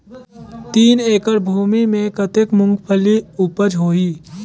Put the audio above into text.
तीन एकड़ भूमि मे कतेक मुंगफली उपज होही?